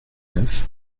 neuf